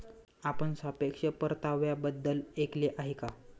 आपण सापेक्ष परताव्याबद्दल ऐकले आहे का?